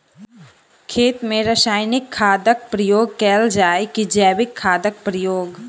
खेत मे रासायनिक खादक प्रयोग कैल जाय की जैविक खादक प्रयोग?